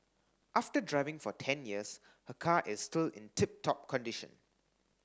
after driving for ten years her car is still in tip top condition